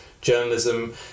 journalism